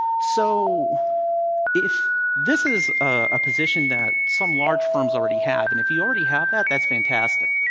so if this is a position that some large firms already have, and if you already have that, that's fantastic.